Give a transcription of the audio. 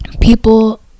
People